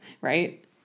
right